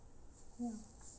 yes